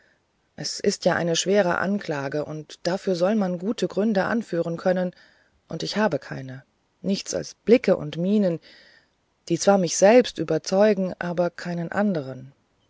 es ist ja eine schwere anklage und dafür soll man gute gründe anführen können und ich habe keine nichts als blicke und mienen die zwar mich selbst überzeugen aber keinen anderen